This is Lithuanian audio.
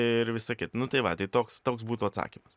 ir visa ki nu tai va tai toks toks būtų atsakymas